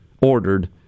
ordered